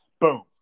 Boom